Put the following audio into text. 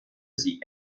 sie